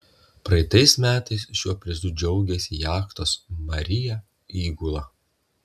praeitais metais šiuo prizu džiaugėsi jachtos maria įgula